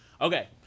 okay